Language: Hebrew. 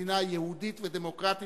מדינה יהודית ודמוקרטית,